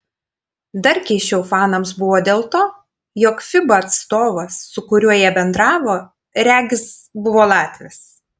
dar keisčiau fanams buvo dėl to jog fiba atstovas su kuriuo jie bendravo regis buvo latvis